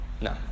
No